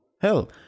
hell